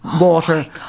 water